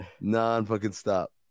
Non-fucking-stop